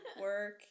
work